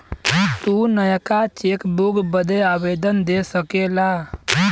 तू नयका चेकबुक बदे आवेदन दे सकेला